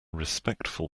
respectful